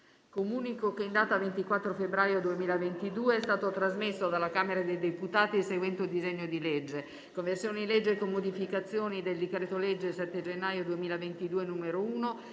Comunico che in data 24 febbraio 2022 è stato trasmesso dalla Camera dei deputati il seguente disegno di legge: «Conversione in legge con modificazioni del decreto-legge 7 gennaio 2022, n. 1,